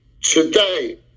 Today